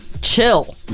chill